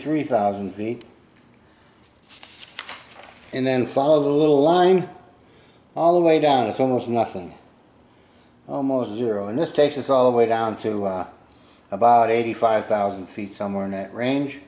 three thousand feet and then followed a little line all the way down it's almost nothing almost zero and this takes us all the way down to about eighty five thousand feet somewhere in that range